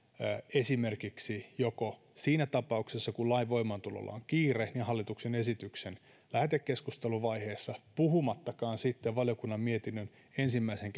esimerkiksi siinä tapauksessa kun lain voimaantulolla on kiire hallituksen esityksen lähetekeskusteluvaiheessa puhumattakaan että valiokunnan mietinnön ensimmäisen